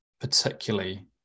particularly